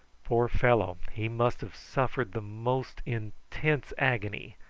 poor fellow, he must have suffered the most intense agony,